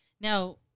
Now